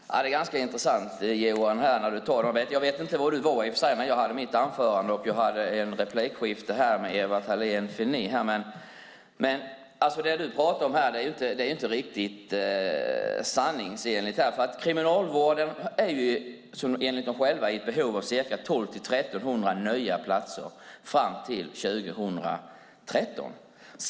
Herr talman! Det är ganska intressant. Jag vet i och för sig inte var du var när jag hade mitt anförande och ett replikskifte med Ewa Thalén Finné, men det Johan Linander talar om här är inte riktigt sanningsenligt. Kriminalvården är enligt dem själva i behov av ca 1 200-1 300 nya platser fram till 2013.